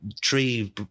tree